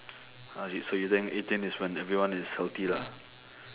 ah you so you think eighteen is when everyone is healthy lah